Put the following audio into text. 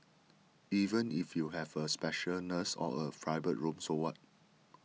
even if you have a special nurse or a private room so what